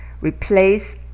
Replace